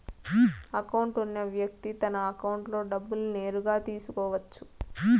account ఉన్న వ్యక్తి తన అకౌంట్లో డబ్బులు నేరుగా తీసుకోవచ్చు